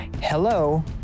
Hello